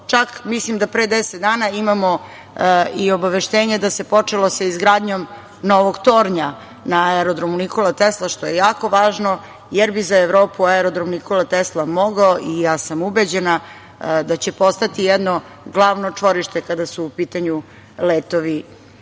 čak mislim da pre deset dana imamo i obaveštenje da se počelo sa izgradnjom novog tornja na Aerodromu „Nikola Tesla“, što je jako važno, jer bi za Evropu Aerodrom „Nikola Tesla“ mogao, i ja sam ubeđena da će postati jedno glavno čvorište kada su u pitanju